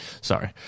sorry